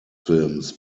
films